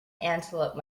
antelope